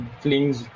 flings